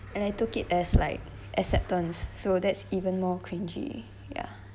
and I took it as like acceptance so that's even more cringey ya